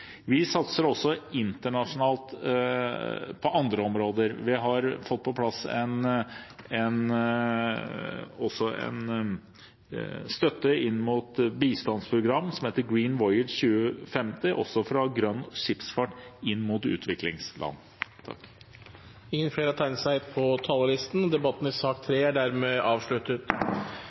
Vi satser også internasjonalt på andre områder. Vi har fått på plass en støtte inn mot et bistandsprogram som heter Green Voyage 2050 – også fra grønn skipsfart inn mot utviklingsland. Debatten i sak nr. 3 er dermed avsluttet. Dermed er dagens kart ferdigdebattert. Stortinget tar nå pause, og i